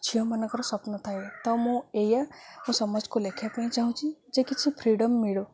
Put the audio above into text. ଝିଅମାନଙ୍କର ସ୍ୱପ୍ନ ଥାଏ ତ ମୁଁ ଏଇଆ ମୁଁ ସମାଜକୁ ଲେଖିବା ପାଇଁ ଚାହୁଁଛି ଯେ କିଛି ଫ୍ରିଡ଼ମ୍ ମିଳୁ